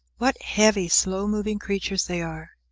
what heavy, slow-moving creatures they are!